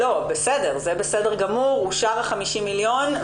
לא, זה בסדר גמור, אושר ה-50 מיליון.